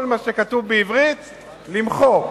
כל מה שכתוב בעברית, למחוק.